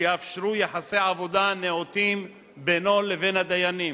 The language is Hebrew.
שיאפשרו יחסי עבודה נאותים בינו לבין הדיינים.